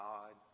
God